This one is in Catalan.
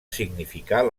significar